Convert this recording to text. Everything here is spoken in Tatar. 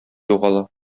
югала